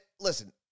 listen